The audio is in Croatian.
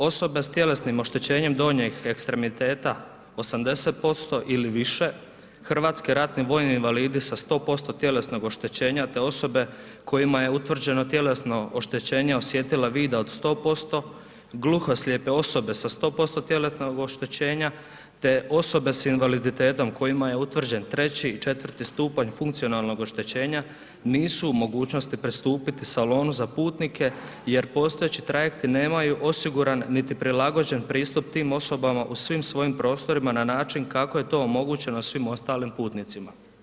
Osobe sa tjelesnim oštećenjem donjih ekstremiteta, 80% ili više, hrvatski ratni vojni invalidi sa 100% tjelesnog oštećenja te osobe kojima je utvrđeno tjelesno oštećenje osjetila vida od 100%, gluho-slijepe osobe sa 100% tjelesnog oštećenja te osobe sa invaliditetom kojima je utvrđen 3. i 4. stupanj funkcionalnog oštećenja, nisu u mogućnosti pristupiti salonu za putnike jer postojeći trajekti nemaju osiguran niti prilagođen pristup tim osobama u svim svojim prostorima na način kako je to omogućen svim ostalim putnicima.